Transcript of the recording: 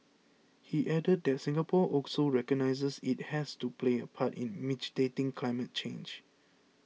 he added that Singapore also recognises it has to play a part in mitigating climate change